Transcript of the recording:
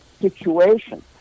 situation